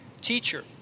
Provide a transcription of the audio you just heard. Teacher